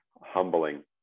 humbling